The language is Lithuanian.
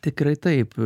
tikrai taip